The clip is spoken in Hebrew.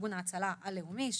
ארגון ההצלה הלאומי,